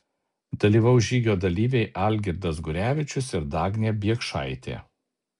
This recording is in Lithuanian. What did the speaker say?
dalyvaus žygio dalyviai algirdas gurevičius ir dagnė biekšaitė